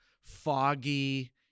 foggy